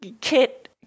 Kit